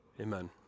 Amen